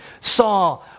saw